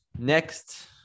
Next